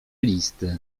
listy